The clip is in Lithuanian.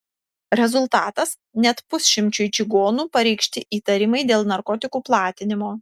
rezultatas net pusšimčiui čigonų pareikšti įtarimai dėl narkotikų platinimo